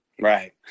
right